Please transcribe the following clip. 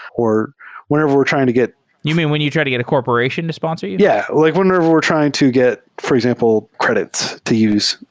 or whenever we're trying to get you mean when you try to get a corporation to sponsor you? yeah. like whenever we're trying to get, for example, credits to use,